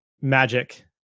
magic